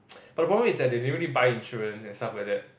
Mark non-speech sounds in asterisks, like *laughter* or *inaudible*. *noise* but the problem is that they didn't really buy insurance and stuff like that